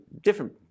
Different